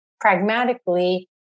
pragmatically